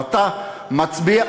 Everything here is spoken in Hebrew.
ואתה מצביע,